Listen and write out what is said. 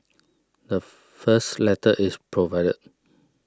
the first letter is provided